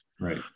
Right